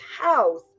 house